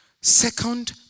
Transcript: second